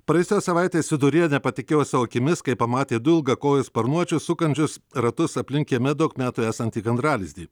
praėjusios savaitės viduryje nepatikėjo savo akimis kai pamatė du ilgakojus sparnuočius sukančius ratus aplink kieme daug metų esantį gandralizdį